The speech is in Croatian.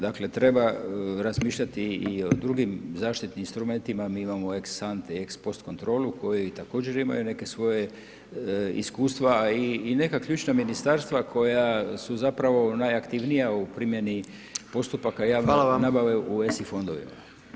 Dakle treba razmišljati i o drugim zaštitnim instrumentima, mi imamo ex sante i ex post kontrolu koje također imaju neke svoje, iskustva i neka ključna ministarstva koja su zapravo najaktivnija u primjeni postupaka javne nabave u ESI fondovima.